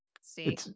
See